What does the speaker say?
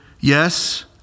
yes